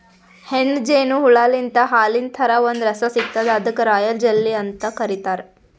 ಹೆಣ್ಣ್ ಜೇನು ಹುಳಾಲಿಂತ್ ಹಾಲಿನ್ ಥರಾ ಒಂದ್ ರಸ ಸಿಗ್ತದ್ ಅದಕ್ಕ್ ರಾಯಲ್ ಜೆಲ್ಲಿ ಅಂತ್ ಕರಿತಾರ್